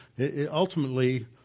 Ultimately